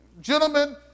gentlemen